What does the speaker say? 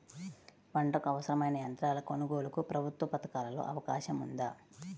పంటకు అవసరమైన యంత్రాల కొనగోలుకు ప్రభుత్వ పథకాలలో అవకాశం ఉందా?